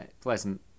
pleasant